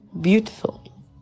beautiful